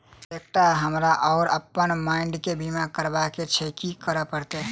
Sir एकटा हमरा आ अप्पन माइडम केँ बीमा करबाक केँ छैय की करऽ परतै?